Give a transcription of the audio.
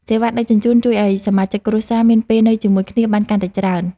សេវាដឹកជញ្ជូន ជួយឱ្យសមាជិកគ្រួសារមានពេលនៅជាមួយគ្នាបានកាន់តែច្រើន។